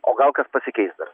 o gal kas pasikeis dar